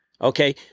Okay